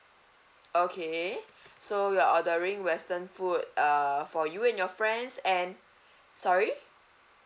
okay so you're ordering western food err for you and your friends and sorry